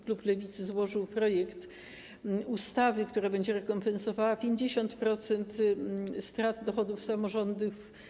Klub Lewicy złożył projekt ustawy, która będzie rekompensowała 50% strat dochodów samorządów.